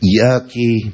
yucky